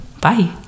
Bye